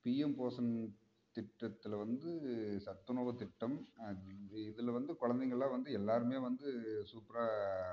PM Poshan திட்டத்தில் வந்து சத்துணவு திட்டம் இது இதில் வந்து குழந்தைங்கள்லா வந்து எல்லாருமே வந்து சூப்பராக